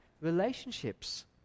relationships